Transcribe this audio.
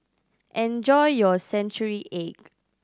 enjoy your century egg